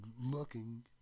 Looking